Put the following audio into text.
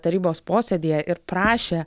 tarybos posėdyje ir prašė